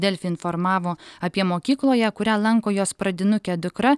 delfi informavo apie mokykloje kurią lanko jos pradinukė dukra